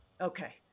Okay